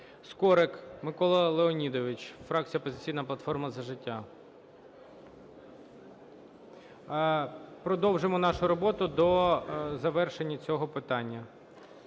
Скорик Микола Леонідович, фракція "Опозиційна платформа – За життя". Продовжимо нашу роботу до завершення цього питання.